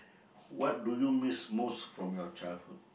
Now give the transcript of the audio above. what do you miss most from your childhood